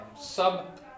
sub